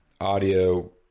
audio